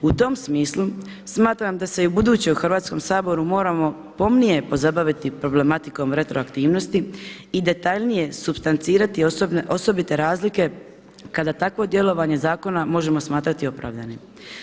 U tom smislu smatram da i u buduće u Hrvatskom saboru moramo pomnije pozabaviti problematikom retroaktivnosti i detaljnije supstancirati osobite razlike kada takvo djelovanje zakona možemo smatrati opravdanim.